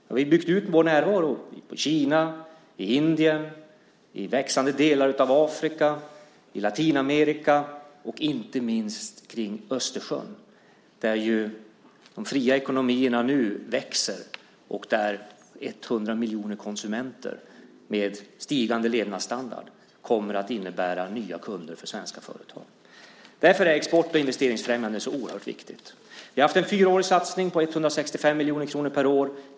Sverige har byggt ut sin närvaro i Kina, i Indien, i växande delar av Afrika, i Latinamerika och inte minst kring Östersjön där de fria ekonomierna växer och där 100 miljoner konsumenter med stigande levnadsstandard kommer att innebära nya kunder för svenska företag. Därför är export och investeringsfrämjandet så oerhört viktigt. Vi har haft en fyraårig satsning på 165 miljoner kronor per år.